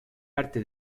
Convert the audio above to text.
arte